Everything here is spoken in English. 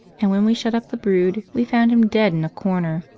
and when we shut up the brood we found him dead in a corner.